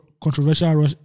controversial